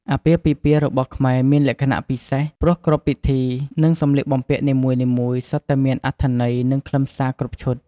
អាពាហ៍ពិពាហ៍របស់ខ្មែរមានលក្ខណៈពិសេស ព្រោះគ្រប់ពិធី និងសម្លៀកបំពាក់នីមួយៗសុទ្ធតែមានអត្ថន័យ និងខ្លឹមសារគ្រប់ឈុត។